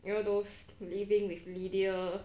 you know those living with lydia